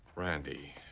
randy.